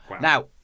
Now